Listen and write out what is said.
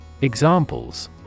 Examples